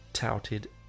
touted